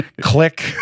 Click